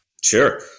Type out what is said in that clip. Sure